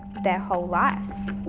their whole lives.